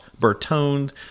Bertone